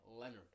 Leonard